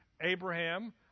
abraham